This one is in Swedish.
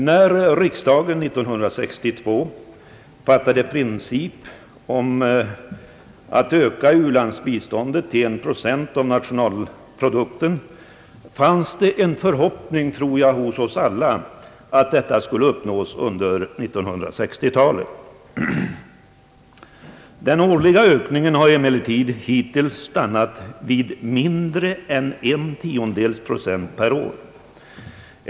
När riksdagen 1962 fattade principbeslut om att öka u-landsbiståndet till en procent av nationalprodukten, fanns det en förhoppning hos oss alla att detta mål skulle uppnås under 1960-talet. Den årliga ökningen har emellertid hittills stannat vid mindre än en tiondels procent per år.